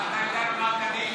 אתה יודע על מה קדיש?